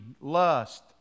lust